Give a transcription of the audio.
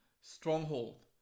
stronghold